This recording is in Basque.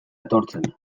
etortzen